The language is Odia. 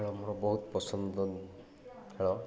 ଖେଳ ମୋର ବହୁତ ପସନ୍ଦ ଖେଳ